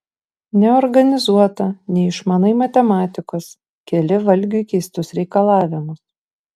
neorganizuota neišmanai matematikos keli valgiui keistus reikalavimus